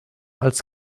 als